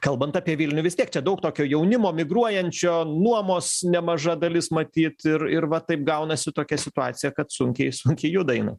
kalbant apie vilnių vis tiek čia daug tokio jaunimo migruojančio nuomos nemaža dalis matyt ir ir vat taip gaunasi tokia situacija kad sunkiai sunkiai juda jinai